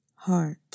Heart